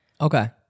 Okay